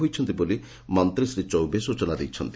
ହୋଇଛନ୍ତି ବୋଲି ମନ୍ତୀ ଶ୍ରୀ ଚୌବେ ସୂଚନା ଦେଇଛନ୍ତି